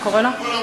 אתה קורא לו?